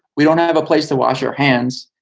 we don't have a place to wash our hands.